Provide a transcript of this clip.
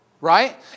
right